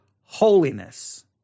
holiness